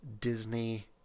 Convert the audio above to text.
Disney